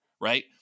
Right